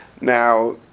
Now